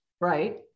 right